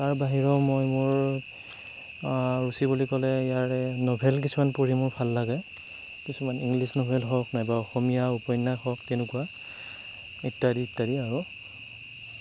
তাৰ বাহিৰেও মই মোৰ ৰুচি বুলি ক'লে ইয়াৰে নভেল কিছুমান পঢ়ি মোৰ ভাল লাগে কিছুমান ইংলিছ নভেল হওক নাইবা অসমীয়া উপন্যাস হওক তেনেকুৱা ইত্যাদি ইত্যাদি আৰু